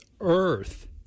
earth